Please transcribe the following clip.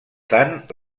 tant